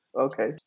Okay